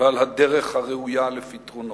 ועל הדרך הראויה לפתרונו.